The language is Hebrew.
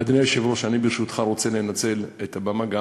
אדוני היושב-ראש, ברשותך, אני רוצה לנצל את הבמה,